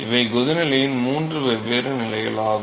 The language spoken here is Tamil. இவை கொதிநிலையின் மூன்று வெவ்வேறு நிலைகளாகும்